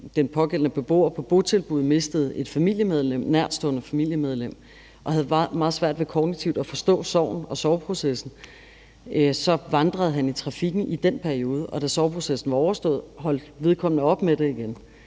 den pågældende beboer på botilbuddet mistede et nærtstående familiemedlem og havde meget svært ved kognitivt at forstå sorgen og sorgprocessen. Så vandrede han i trafikken i den periode, og da sorgprocessen var overstået, holdt vedkommende op med det igen.